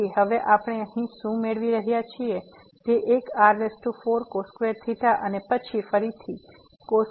તેથી હવે આપણે અહીં શું મેળવી રહ્યા છીએ તે એક r4 અને ફરીથી અને ⁡ છે